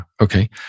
okay